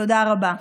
תודה רבה.